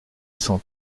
cent